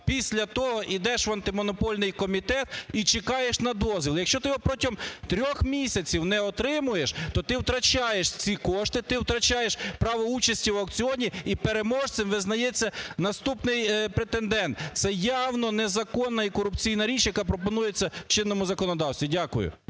після того йдеш в Антимонопольний комітет і чекаєш на дозвіл. Якщо ти його протягом трьох місяців не отримуєш, то ти втрачаєш ці кошти, ти втрачаєш право участі в аукціоні і переможцем визнається наступний претендент. Це явно незаконна і корупційна річ, яка пропонується в чинному законодавстві. Дякую.